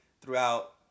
throughout